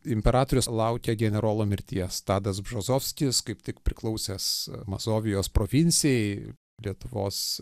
imperatorius laukė generolo mirties tadas bžozovskis kaip tik priklausęs mazovijos provincijai lietuvos